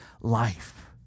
life